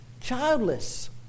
childless